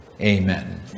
Amen